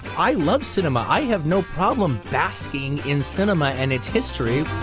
i love cinema. i have no problem basking in cinema and its history